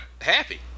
happy